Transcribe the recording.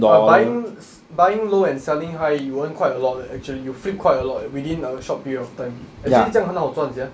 but buying buying low and selling high you'll earn quite a lot leh actually you flip quite a lot eh within a short period of time actually 这样很好赚 sia